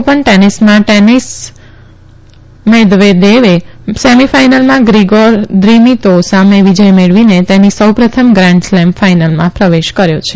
open ટેનીસમાં tennis મેદવેદેવે સેમીફાઈનલમાં ગ્રીગોર દીમીત્રોવ સામે વિજય મેળવીને તેમના સૌ પ્રથમ ગ્રાન્ઠ સ્લેમ ફાઈનલમાં પ્રવેશ કર્યો છે